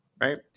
Right